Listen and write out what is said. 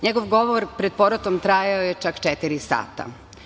Njegov govor pred porotom trajao je čak četiri sata.